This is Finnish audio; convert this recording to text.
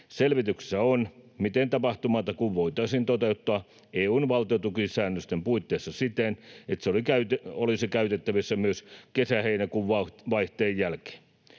Selvityksessä on, miten tapahtumatakuu voitaisiin toteuttaa EU:n valtiontukisäännösten puitteissa siten, että se olisi käytettävissä myös kesä—heinäkuun vaihteen jälkeen.